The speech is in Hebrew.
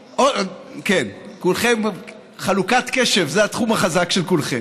כן, כולכם, חלוקת קשב, זה התחום החזק של כולכם.